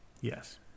Yes